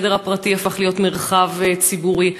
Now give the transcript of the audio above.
החדר הפרטי הפך להיות מרחב ציבורי.